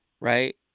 right